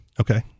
okay